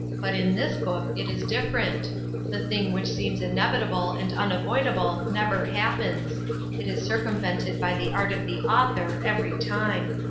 but in this book it is different the thing which seems inevitable and unavoidable never happens it is circumvented by the art of the author every time.